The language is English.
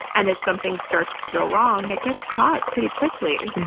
and if something starts to go wrong it gets caught pretty quickly.